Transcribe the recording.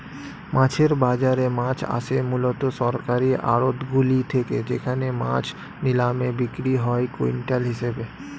মাছের বাজারে মাছ আসে মূলত সরকারি আড়তগুলি থেকে যেখানে মাছ নিলামে বিক্রি হয় কুইন্টাল হিসেবে